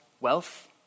wealth